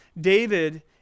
David